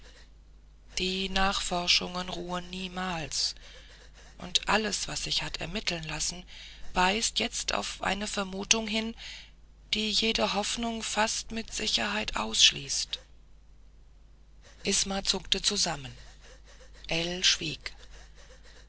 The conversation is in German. die nachforschungen ruhen niemals und alles was sich hat ermitteln lassen weist jetzt auf eine vermutung hin die jede hoffnung fast mit sicherheit ausschließt isma zuckte zusammen ell schwieg